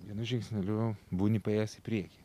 vienu žingsneliu būni paėjęs į priekį